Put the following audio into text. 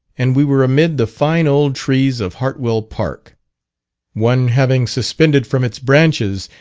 and we were amid the fine old trees of hartwell park one having suspended from its branches,